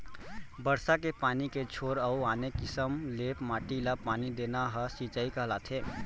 बरसा के पानी के छोर अउ आने किसम ले माटी ल पानी देना ह सिंचई कहलाथे